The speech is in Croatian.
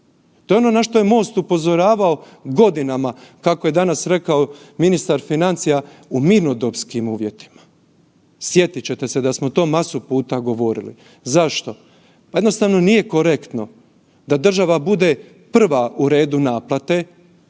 To je ono na što je MOST upozoravao godinama, kako je danas rekao ministar financija u mirnodopskim uvjetima. Sjetit ćete se da smo to masu puta govorili. Zašto? Pa jednostavno nije korektno da država bude prva u redu naplate